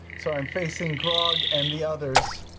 so i'm facing grog and the others,